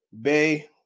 Bay